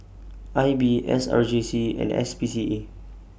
I B S R J C and S P C A